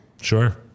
Sure